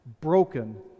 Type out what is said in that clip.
broken